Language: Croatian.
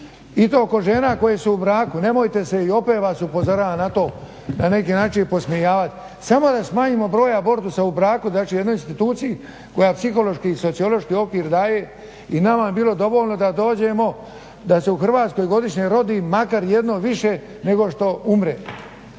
i to žena koje su u braku. Nemojte se i opet vas upozoravam na to na neki način podsmijevati, samo da smanjimo broj abortusa u braku dat će jednoj instituciji koja psihološki i sociološki okvir daje i nama bi bilo dovoljno da dođemo da se u Hrvatskoj godišnje rodi makar jedno više nego što umre.